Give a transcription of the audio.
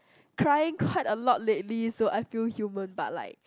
crying quite a lot lately so I feel human but like